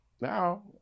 Now